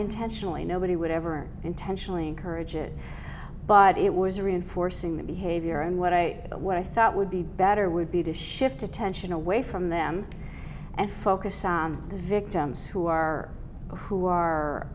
intentionally nobody would ever intentionally encourage it but it was reinforcing that behavior and what i what i thought would be better would be to shift attention away from them and focus on the victims who are who are